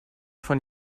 von